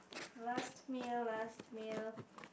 last meal last meal